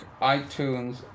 iTunes